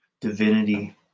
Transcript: Divinity